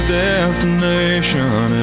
destination